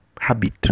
habit